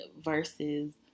versus